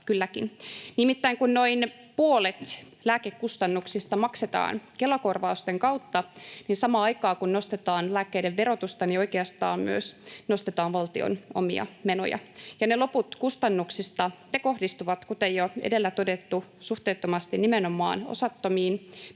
Nimittäin kun noin puolet lääkekustannuksista maksetaan Kela-korvausten kautta, niin samaan aikaan, kun nostetaan lääkkeiden verotusta, oikeastaan myös nostetaan valtion omia menoja, ja loput kustannuksista kohdistuvat, kuten jo edellä on todettu, suhteettomasti nimenomaan osattomiin: